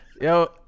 Yo